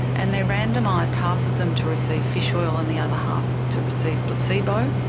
and they randomised half of them to receive fish oil and the other half to receive placebo.